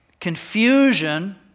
Confusion